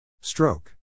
Stroke